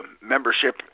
membership